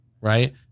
Right